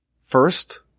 First